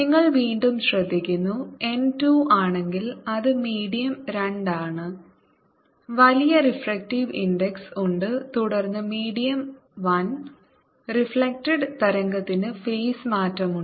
നിങ്ങൾ വീണ്ടും ശ്രദ്ധിക്കുന്നു n 2 ആണെങ്കിൽ അത് മീഡിയം രണ്ടാണ് വലിയ റിഫ്രാക്റ്റീവ് ഇൻഡക്സ് ഉണ്ട് തുടർന്ന് മീഡിയം 1 റിഫ്ലെക്ടഡ് തരംഗത്തിന് ഫേസ് മാറ്റമുണ്ട്